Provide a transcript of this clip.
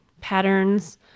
patterns